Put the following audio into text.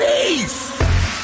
Peace